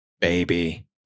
baby